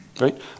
right